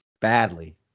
badly